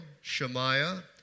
Shemaiah